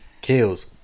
kills